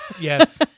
Yes